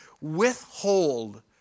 Withhold